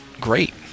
great